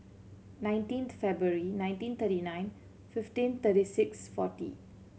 nineteen February nineteen thirty nine fifteen thirty six forty